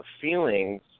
feelings